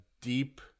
deep